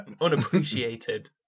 unappreciated